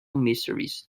mysteries